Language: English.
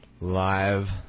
live